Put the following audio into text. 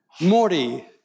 Morty